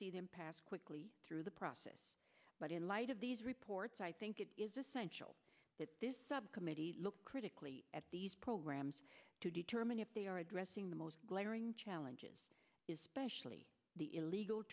see them pass quickly through the process but in light of these reports i think it is essential that this subcommittee look critically at these programs to determine if they are addressing the most glaring challenges is specially the illegal